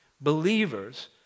Believers